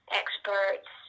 experts